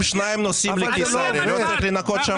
אם שניים נוסעים לקיסריה לא צריך לנקות שם?